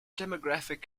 demographic